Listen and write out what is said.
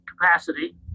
capacity